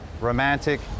romantic